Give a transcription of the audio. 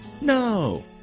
No